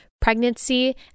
pregnancy